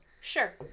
sure